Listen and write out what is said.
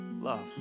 love